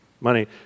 Money